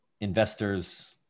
investors